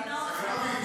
סגלוביץ',